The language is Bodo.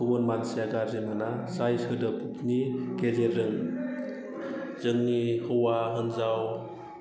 गुबुन मानसिया गाज्रि मोना जाय सोदोबनि गेजेरजों जोंनि हौवा हिनजाव